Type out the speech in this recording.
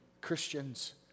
Christians